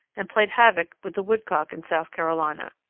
and played havoc with the woodcock in south carolina.